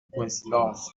coïncidence